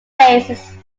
faces